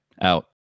out